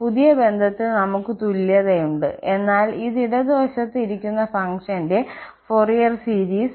പുതിയ ബന്ധത്തിൽ നമുക്ക് തുല്യതയുണ്ട് എന്നാൽ ഇത് ഇടതുവശത്ത് ഇരിക്കുന്ന ഫംഗ്ഷന്റെ ഫോറിയർ സീരീസ് അല്ല